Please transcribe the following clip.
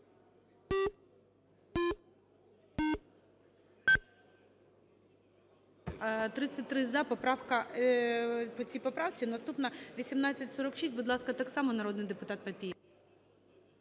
За-33 Поправка… По цій поправці… Наступна – 1846. Будь ласка, так само народний депутат Папієв.